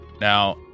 now